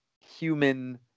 human